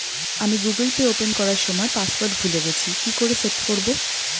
আমি Google pay open করার সময় পাসওয়ার্ড ভুলে গেছি কি করে সেট করব?